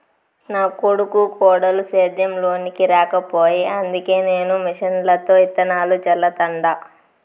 నా కొడుకు కోడలు సేద్యం లోనికి రాకపాయె అందుకే నేను మిషన్లతో ఇత్తనాలు చల్లతండ